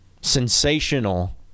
sensational